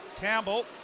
Campbell